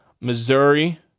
Missouri